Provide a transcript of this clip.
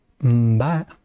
Bye